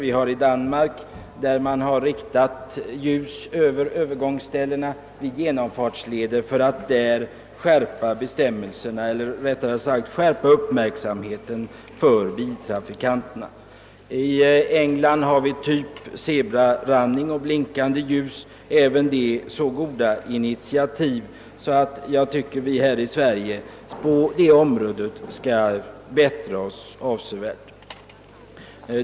I Danmark har man t.ex. infört riktade ljus över övergångsställen vid genomfartsleder för att skärpa biltrafikanternas uppmärksamhet. I England tillämpas markering i form av sebrarandning av vägbanan och blinkande ljus. Dessa goda initiativ visar att vi i Sverige på detta område kan bättra oss avsevärt.